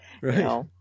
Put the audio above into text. Right